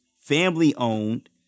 family-owned